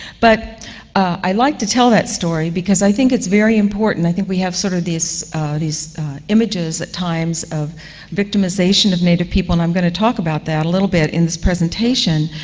but i like to tell that story because i think it's very important. i think we have sort of these images at times of victimization of native people, and i'm going to talk about that a little bit in this presentation.